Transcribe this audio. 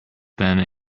been